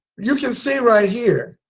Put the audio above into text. you can see right here